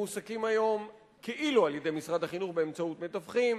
מועסקים היום כאילו על-ידי משרד החינוך באמצעות מתווכים,